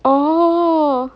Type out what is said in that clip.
oh